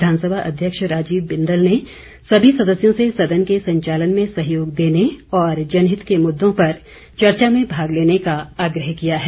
विधानसभा अध्यक्ष राजीव बिंदल ने सभी सदस्यों से सदन के संचालन में सहयोग देने और जनहित के मुददों पर चर्चा में भाग लेने का आग्रह किया है